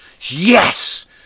Yes